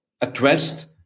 addressed